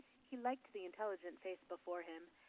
he liked the intelligent face before him,